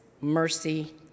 mercy